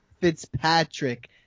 fitzpatrick